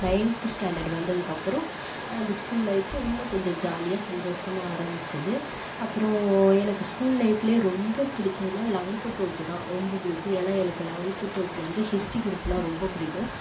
ninth standard வந்ததுக்கு அப்புறோம் அந்த ஸ்கூல் லைஃபு இன்னும் கொஞ்சம் ஜாலியாக சந்தோஷமாக ஆரம்பிச்சது அப்புறோம் எனக்கு ஸ்கூல் லைஃப்லே ரொம்ப பிடிச்சதுனா லவன்த்து ட்வெல்த்துத் தான் ரொம்ப பிடிக்கும் ஏன்னா எனக்கு லெவன்த்து ட்வெல்த்தில் வந்து ஹிஸ்ட்ரி குரூப்ன்னா ரொம்ப பிடிக்கும்